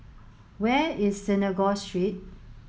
where is Synagogue Street